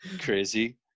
crazy